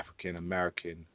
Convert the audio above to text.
African-American